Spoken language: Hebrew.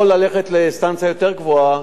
או ללכת לאינסטנציה יותר גבוהה,